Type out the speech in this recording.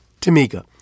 Tamika